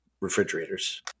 refrigerators